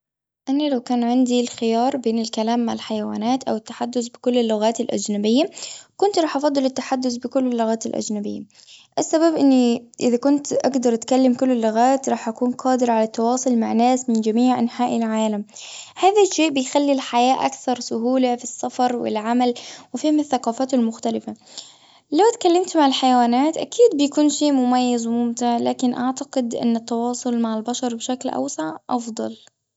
إني لو كان عندي الخيار بين الكلام مع الحيوانات، أو التحدث بكل اللغات الأجنبية، كنت راح أفضل التحدث بكل اللغات الأجنبية. السبب أني إذا كنت أجدر اتكلم كل اللغات، راح أكون قادرة على التواصل مع ناس، من جميع أنحاء العالم. هذا الشيء، بيخلي الحياة أكثر سهولة في السفر والعمل، وفهم الثقافات المختلفة. لو اتكلمت مع الحيوانات، أكيد بيكون شيء مميز وممتع، لكن أعتقد ان التواصل مع البشر بشكل أوسع، أفضل.